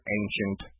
ancient